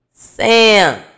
Sam